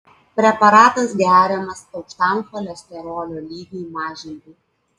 preparatas geriamas aukštam cholesterolio lygiui mažinti